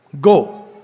Go